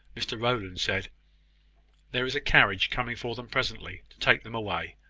mr rowland said there is a carriage coming for them presently, to take them away.